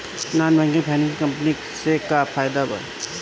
Non banking financial company से का फायदा बा?